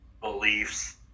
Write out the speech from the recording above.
beliefs